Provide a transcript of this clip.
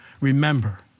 Remember